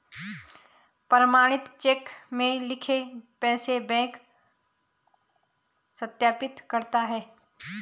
प्रमाणित चेक में लिखे पैसे बैंक सत्यापित करता है